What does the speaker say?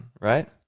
right